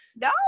No